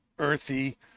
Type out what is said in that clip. Earthy